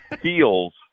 feels